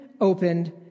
opened